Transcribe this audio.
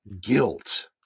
guilt